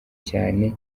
cyane